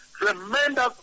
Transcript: tremendous